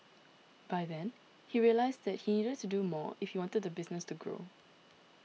by then he realised that he needed to do more if he wanted the business to grow